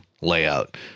layout